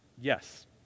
Yes